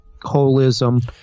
holism